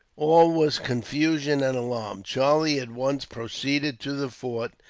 all was confusion and alarm. charlie at once proceeded to the fort,